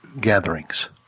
gatherings